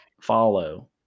follow